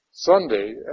Sunday